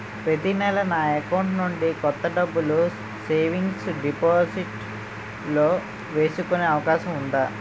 ప్రతి నెల నా అకౌంట్ నుండి కొంత డబ్బులు సేవింగ్స్ డెపోసిట్ లో వేసుకునే అవకాశం ఉందా?